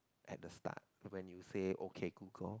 at the start when you say okay Google